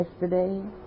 yesterday